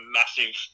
massive